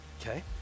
Okay